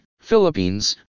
philippines